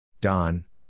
Don